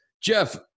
Jeff